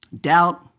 doubt